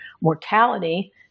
mortality